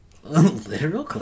literal